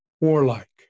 warlike